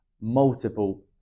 multiple